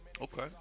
Okay